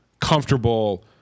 comfortable